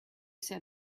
said